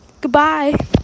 goodbye